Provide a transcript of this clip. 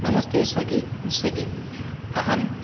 नमस्ते Swiggy Swiggy अहम्